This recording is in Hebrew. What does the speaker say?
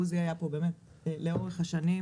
עוזי היה פה לאורך השנים,